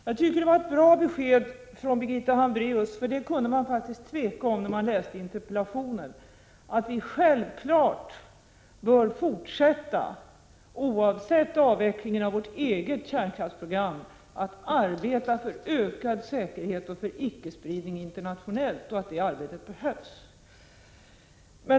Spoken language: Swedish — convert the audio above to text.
Jag tycker att vi fått ett bra besked från Birgitta Hambraeus — om hennes inställning på den punkten kunde man faktiskt tveka vid läsningen av interpellationen — nämligen att vi självfallet bör fortsätta, oavsett avvecklingen av vårt eget kärnkraftsprogram, att arbeta för ökad säkerhet och för icke-spridning internationellt. Det arbetet behövs.